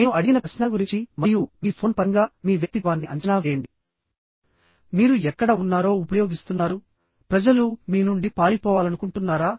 నేను అడిగిన ప్రశ్నల గురించి మరియు మీ ఫోన్ పరంగా మీ వ్యక్తిత్వాన్ని అంచనా వేయండి మీరు ఎక్కడ ఉన్నారో ఉపయోగిస్తున్నారు ప్రజలు మీ నుండి పారిపోవాలనుకుంటున్నారా